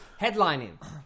Headlining